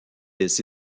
des